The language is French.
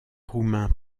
roumain